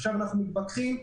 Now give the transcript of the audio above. אנחנו מתווכחים פה